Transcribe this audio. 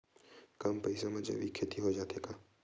कम पईसा मा जैविक खेती हो जाथे का?